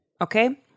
Okay